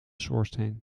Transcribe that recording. schoorsteen